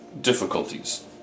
difficulties